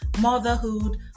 motherhood